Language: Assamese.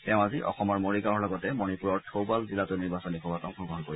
তেওঁ আজি অসমৰ মৰিগাঁৱৰ লগতে মণিপুৰৰ খৌবাল জিলাতো নিৰ্বাচনী সভাত অংশগ্ৰহণ কৰিব